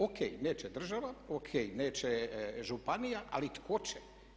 O.k. neće država, o.k. neće županija, ali tko će?